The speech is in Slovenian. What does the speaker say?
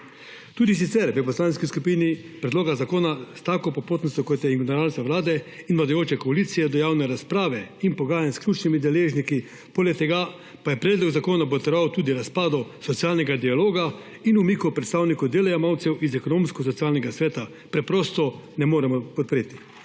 Tudi sicer v poslanski skupini predloga zakona s tako popotnico, kot je ignoranca vlade in vladajoče koalicije do javne razprave in pogajanj s ključnimi deležniki, poleg tega pa je predlog zakona botroval tudi razpadu socialnega dialoga in umiku predstavnikov delojemalcev iz Ekonomsko-socialnega sveta, preprosto ne moremo podpreti.